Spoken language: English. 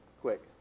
quick